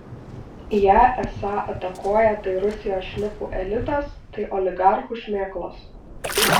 ją esą atakuoja tai rusijos šnipų elitas tai oligarchų šmėklos